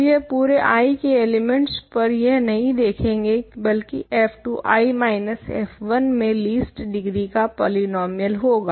अब यह पुरे I के एलिमेंट्स पर यह नहीं देखेंगे बल्कि f2 I माइनस f1 में लीस्ट डिग्री का पॉलीनोमियल होगा